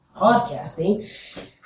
podcasting